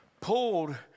pulled